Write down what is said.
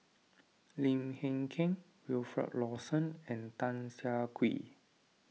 Lim Hng Kiang Wilfed Lawson and Tan Siak Kew